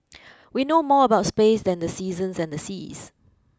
we know more about space than the seasons and the seas